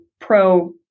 pro